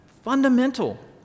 Fundamental